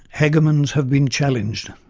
hegemons have been challenged.